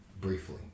briefly